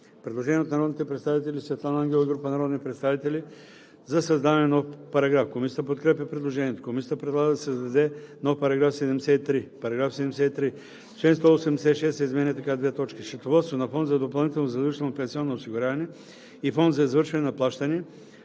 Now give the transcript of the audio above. Предложение от народния представител Светлана Ангелова и група народни представители за създаване на нов параграф. Комисията подкрепя предложението. Комисията предлага да се създаде нов § 73: „§ 73. Член 186 се изменя така: „Счетоводство на фонд за допълнително задължително пенсионно осигуряване и фонд за извършване на плащания